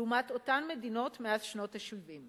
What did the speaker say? "לעומת אותן מדינות מאז שנות ה-70.